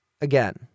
again